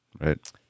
Right